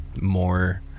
more